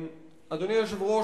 אדוני היושב-ראש,